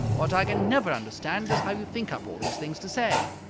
what i can never understand is how you think up all these things to say.